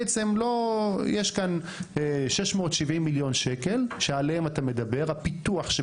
יש כאן 670 מיליון ש"ח שעליהם אתה מדבר, הפיתוח של